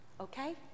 Okay